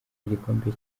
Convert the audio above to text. igikombe